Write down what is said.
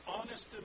honest